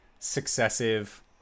successive